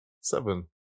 seven